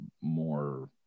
more